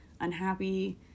unhappy